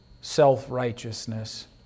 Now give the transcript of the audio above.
self-righteousness